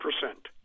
percent